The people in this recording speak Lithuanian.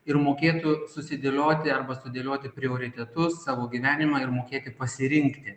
ir mokėtų susidėlioti arba sudėlioti prioritetus savo gyvenimą ir mokėti pasirinkti